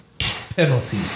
penalty